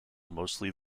mostly